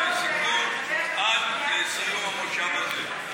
זו שעת שאלות לחבר הכנסת סלומינסקי?